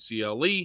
CLE